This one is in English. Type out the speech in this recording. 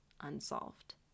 unsolved